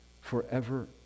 forever